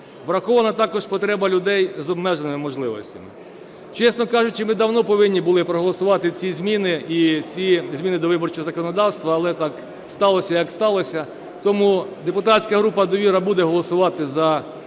Врахована також потреба людей з обмеженими можливостями. Чесно кажучи, ми давно повинні були проголосувати ці зміни і ці зміни до виборчого законодавства, але так сталося, як сталося. Тому депутатська група "Довіра" буде голосувати за цю редакцію